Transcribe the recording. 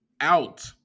out